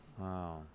Wow